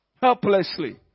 helplessly